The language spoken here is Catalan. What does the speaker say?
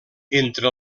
entre